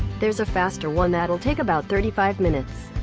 there's a faster one that will take about thirty five minutes.